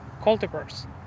cultivars